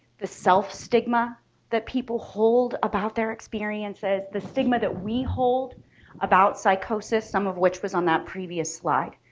the self stigma that people hold about their experiences, the stigma that we hold about psychosis, some of which was on that previous slide.